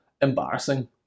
embarrassing